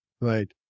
Right